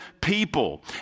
people